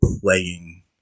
playing